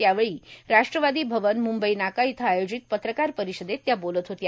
त्यावेळी राष्ट्रवादी भवन म्ंबई नाका इथं आयोजित पत्रकार परिषदेत बोलत होत्या